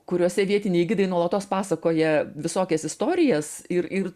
kuriuose vietiniai gidai nuolatos pasakoja visokias istorijas ir ir